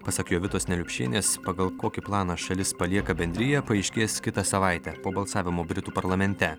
pasak jovitos neliupšienės pagal kokį planą šalis palieka bendriją paaiškės kitą savaitę po balsavimo britų parlamente